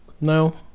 No